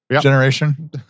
generation